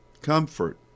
Comfort